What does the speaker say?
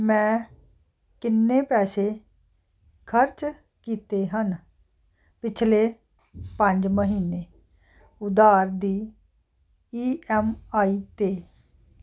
ਮੈਂ ਕਿੰਨੇ ਪੈਸੇ ਖ਼ਰਚ ਕੀਤੇ ਹਨ ਪਿਛਲੇ ਪੰਜ ਮਹੀਨੇ ਉਧਾਰ ਦੀ ਈ ਐੱਮ ਆਈ 'ਤੇ